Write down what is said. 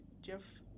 Jeff